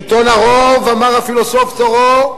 שלטון הרוב, אמר הפילוסוף תורו,